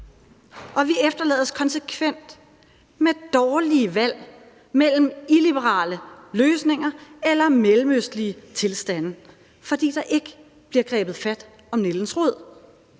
og vi efterlades konsekvent med dårlige valg mellem illiberale løsninger eller mellemøstlige tilstande, fordi der ikke bliver grebet fat om nældens rod.